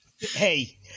Hey